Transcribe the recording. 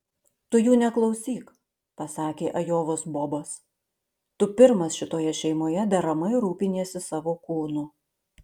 tu jų neklausyk pasakė ajovos bobas tu pirmas šitoje šeimoje deramai rūpiniesi savo kūnu